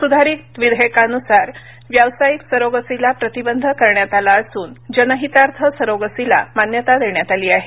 सुधारित विधेयकानुसार व्यावसायिक सरोगसीला प्रतिबंध करण्यात आला असून जनहितार्थ सरोगसीला मान्यता देण्यात आली आहे